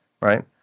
right